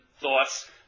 thoughts